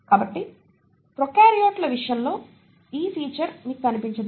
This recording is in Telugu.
కాబట్టి ప్రొకార్యోట్ల విషయంలో ఈ ఫీచర్ మీకు కనిపించదు